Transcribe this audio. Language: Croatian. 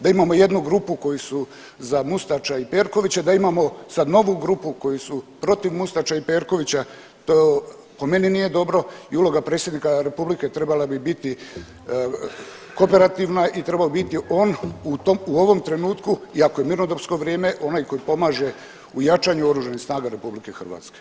Da imamo jednu grupu koju za Mustača i Perkovića, da imamo sad novu grupu koju su protiv Mustača i Perkovića, po meni nije dobro i uloga predsjednika Republike trebala bi biti kooperativna i treba biti on u tom, u ovom trenutku iako je mirnodopsko vrijeme onaj koji pomaže u jačanju Oružanih snaga RH.